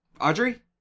Audrey